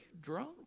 drunk